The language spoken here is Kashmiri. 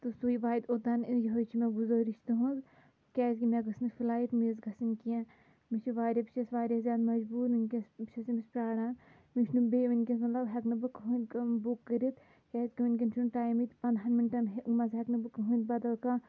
تہٕ سُے واتہِ اوٚتَن یِہَے چھِ مےٚ گُذٲرِش تُہٕنٛز کیٛازِکہِ مےٚ گٔژھ نہٕ فُلایٹ مِس گژھٕنۍ کیٚنٛہہ مےٚ چھِ واریاہ بہٕ چھَس واریاہ زیادٕ مَجبوٗر وُنکٮ۪س بہٕ چھَس أمِس پرٛاران مےٚ چھُنہٕ بیٚیہِ وُنکٮ۪س مطلب ہیٚکہٕ نہٕ بہٕ کٕہٕنٛۍ بُک کٔرِتھ کیٛازکہِ وُنکٮ۪ن چھُنہٕ ٹایمٕے پنٛداہَن مِنٹَن منٛز ہیٚکہٕ نہٕ بہٕ کٕہٕنٛۍ بدل کانٛہہ